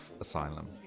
Asylum